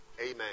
Amen